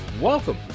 Welcome